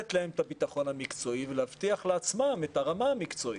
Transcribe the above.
לתת להם את הביטחון המקצועי ולהבטיח לעצמם את הרמה המקצועית.